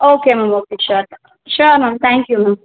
okay ma'am okay sure sure ma'am thank you ma'am